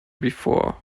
before